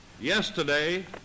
yesterday